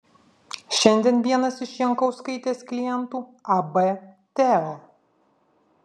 šiandien vienas iš jankauskaitės klientų ab teo